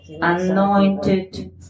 anointed